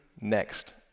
next